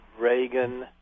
Reagan